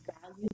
value